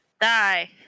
Die